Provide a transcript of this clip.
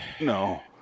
No